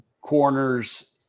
corners